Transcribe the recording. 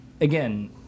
again